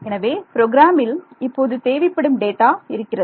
எனவே ப்ரோக்ராமில் இப்போது தேவைப்படும் டேட்டா இருக்கிறது